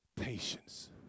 patience